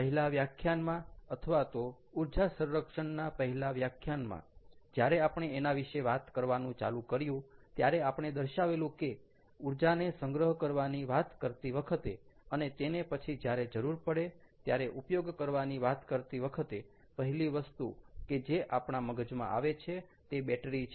પહેલા વ્યાખ્યાનમાં અથવા તો ઊર્જા સંરક્ષણના પહેલા વ્યાખ્યાનમાં જ્યારે આપણે તેના વિશે વાત કરવાનું ચાલુ કર્યું ત્યારે આપણે દર્શાવેલું કે ઊર્જાને સંગ્રહ કરવાની વાત કરતી વખતે અને તેને પછી જ્યારે જરૂર પડે ત્યારે ઉપયોગ કરવાની વાત કરતી વખતે પહેલી વસ્તુ કે જે આપણા મગજમાં આવે છે તે બેટરી છે